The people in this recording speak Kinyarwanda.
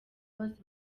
bose